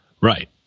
Right